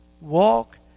Walk